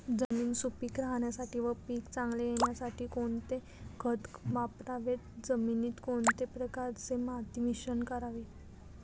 जमीन सुपिक राहण्यासाठी व पीक चांगले येण्यासाठी कोणते खत वापरावे? जमिनीत कोणत्या प्रकारचे माती मिश्रण करावे?